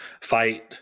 fight